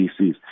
DCs